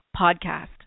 podcast